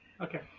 Okay